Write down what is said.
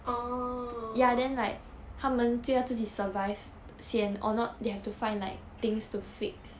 oh